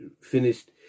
finished